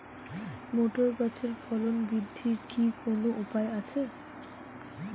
Motor গাছের ফলন বৃদ্ধির কি কোনো উপায় আছে?